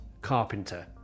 carpenter